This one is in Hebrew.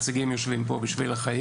שנציגיה יושבים פה,